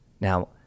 Now